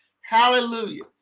Hallelujah